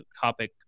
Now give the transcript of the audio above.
topic